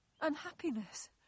Unhappiness